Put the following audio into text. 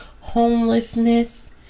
homelessness